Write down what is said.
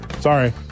Sorry